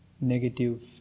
negative